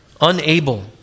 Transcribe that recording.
unable